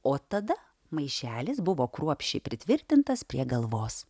o tada maišelis buvo kruopščiai pritvirtintas prie galvos